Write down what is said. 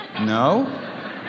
No